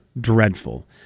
dreadful